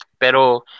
Pero